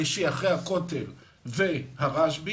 שלישי אחרי הכותל והרשב"י,